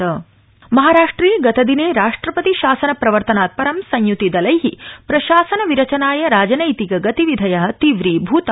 महाराष्ट्रम् महाराष्ट्रे गतदिने राष्ट्रपति शासन प्रवर्तनात् परं संय्ति दलै प्रशासन विरचनाय राजनैतिक गतिविधय तीव्रीभूता